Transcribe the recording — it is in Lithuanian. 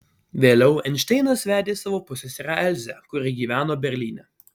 vėliau einšteinas vedė savo pusseserę elzę kuri gyveno berlyne